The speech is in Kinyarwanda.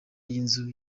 y’inzu